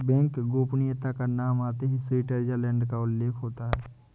bank गोपनीयता का नाम आते ही स्विटजरलैण्ड का उल्लेख होता हैं